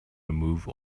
remove